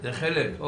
חלק מהתקנות.